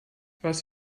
was